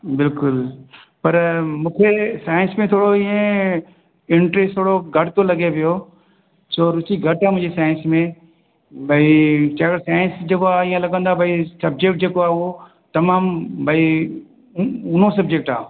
बिल्कुलु पर मूंखे साईंस में थोरो इएं इंट्रैस्ट थोरो घटि थो लगे पियो छो रूची घटि आहे मुंहिंजी साईंस में भई चयो साईंस जेको आहे ईअं लॻंदो आहे भई सबजेक्ट जेको आहे तमामु ॿई उनो सबजेक्ट आहे